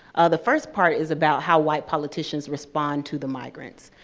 the first part is about how white politicians respond to the migrants.